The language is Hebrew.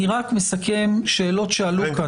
אני רק מסכם שאלות שעלו כאן.